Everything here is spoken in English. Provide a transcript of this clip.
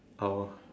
oh